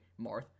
Marth